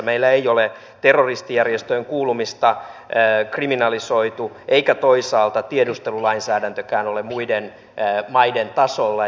meillä ei ole terroristijärjestöön kuulumista kriminalisoitu eikä toisaalta tiedustelulainsäädäntökään ole muiden maiden tasolla